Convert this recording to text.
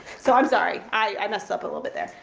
so i'm sorry, i messed up a little bit there.